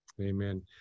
Amen